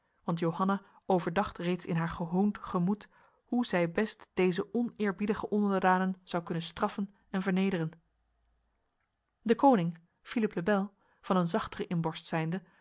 want johanna overdacht reeds in haar gehoond gemoed hoe zij best deze oneerbiedige onderdanen zou kunnen straffen en vernederen de koning philippe le bel van een zachtere inborst zijnde